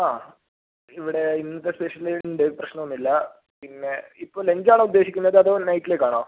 ആ ഇവിടെ ഇന്നത്തെ സ്പെഷ്യലുണ്ട് പ്രശ്നോന്നുമില്ലാ പിന്നെ ഇപ്പം ലഞ്ചാണോ ഉദ്ദേശിക്കുന്നത് അതോ നൈറ്റിലേക്കാണോ